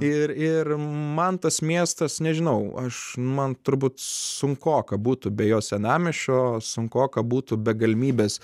ir ir man tas miestas nežinau aš man turbūt sunkoka būtų be jo senamiesčio sunkoka būtų be galimybės